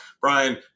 Brian